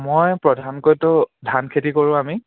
মই প্ৰধানকৈতো ধান খেতি কৰোঁ আমি